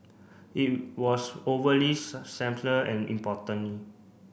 it was overly and importantly